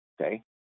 okay